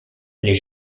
les